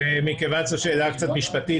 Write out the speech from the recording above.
מכיוון שזו שאלה קצת משפטית